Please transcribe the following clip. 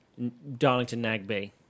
Darlington-Nagby